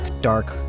dark